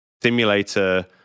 simulator